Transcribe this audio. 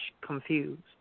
confused